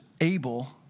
able